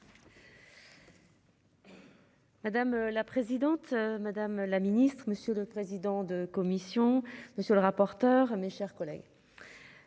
Madame la présidente. Madame la Ministre, Monsieur le président de commission. Monsieur le rapporteur. Mes chers collègues.